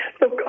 Look